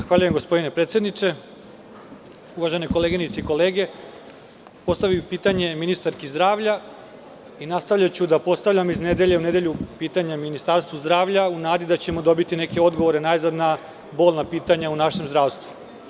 Zahvaljujem gospodine predsedniče, uvažene koleginice i kolege, postavio bih pitanje ministarki zdravlja i nastavljaću da postavljam iz nedelje u nedelju pitanje ministarstvu zdravlja u nadi da ćemo dobiti neke odgovore najzad na bolna pitanja u našem zdravstvu.